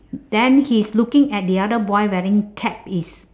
then he's looking at the other boy wearing cap is